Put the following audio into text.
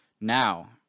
Now